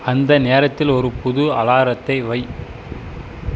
அந்த நேரத்தில் ஒரு புது அலாரத்தை வை